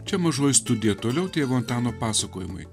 čia mažoji studija toliau tėvo antano pasakojimai